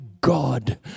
God